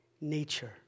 nature